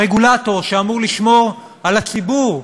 הרגולטור, שאמור לשמור על הציבור,